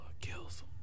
kills